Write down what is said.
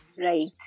right